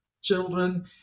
children